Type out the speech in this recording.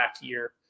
year